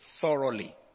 thoroughly